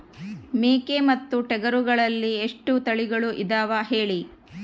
ಮೇಕೆ ಮತ್ತು ಟಗರುಗಳಲ್ಲಿ ಎಷ್ಟು ತಳಿಗಳು ಇದಾವ ಹೇಳಿ?